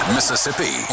Mississippi